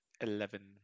Eleven